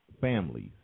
families